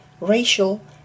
racial